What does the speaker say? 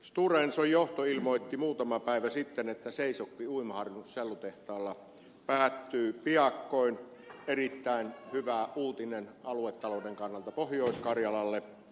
stora enson johto ilmoitti muutama päivä sitten että seisokki uimaharjun sellutehtaalla päättyy piakkoin erittäin hyvä uutinen aluetalouden kannalta pohjois karjalalle